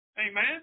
Amen